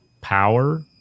power